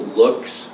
looks